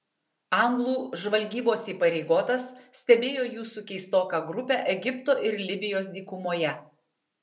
anglų žvalgybos įpareigotas stebėjo jūsų keistoką grupę egipto ir libijos dykumoje